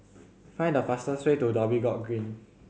find the fastest way to Dhoby Ghaut Green